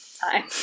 time